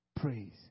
praise